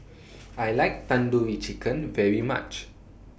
I like Tandoori Chicken very much